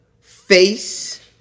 face